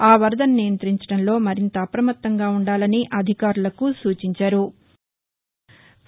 ఆ వరదను నియంతించడంలో మరింత అప్రమత్తంగా ఉండాలని అధికారులను ఆదేశించారు